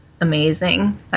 amazing